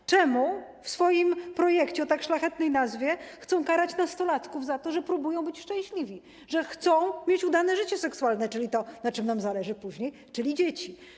Dlaczego w swoim projekcie o tak szlachetnej nazwie chcą karać nastolatków za to, że próbują być szczęśliwi, że chcą mieć udane życie seksualne, czyli to, na czym nam zależy później, czyli dzieci?